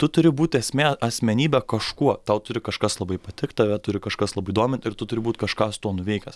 tu turi būti asme asmenybė kažkuo tau turi kažkas labai patikt tave turi kažkas labai domint ir tu turbūt kažką su tuo nuveikęs